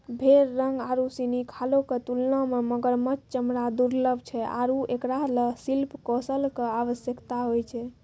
भेड़ रंग आरु सिनी खालो क तुलना म मगरमच्छ चमड़ा दुर्लभ छै आरु एकरा ल शिल्प कौशल कॅ आवश्यकता होय छै